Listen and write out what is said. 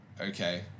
okay